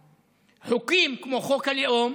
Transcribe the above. שוליות, מעמיקה את השוליות.) חוקים כמו חוק הלאום,